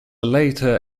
later